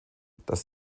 das